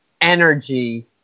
energy